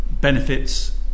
benefits